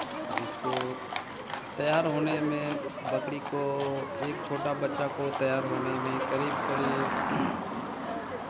और इसको तैयार होने में बकरी को एक छोटा बच्चा को तैयार होने में करीब करीब